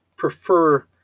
prefer